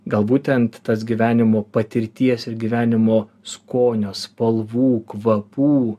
gal būtent tas gyvenimo patirties ir gyvenimo skonio spalvų kvapų